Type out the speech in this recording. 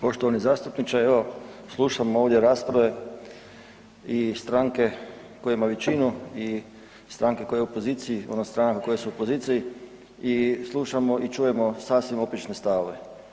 Poštovani zastupniče, evo, slušam ovdje rasprave i stranke koja ima većinu i stranke koja je u opoziciji, odnosno stranke koje su u opoziciji i slušamo i čujemo sasvim oprečne stavove.